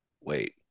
Wait